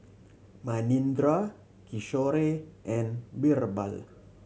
Manindra Kishore and Birbal